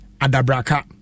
Adabraka